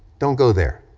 don't go there,